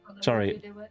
Sorry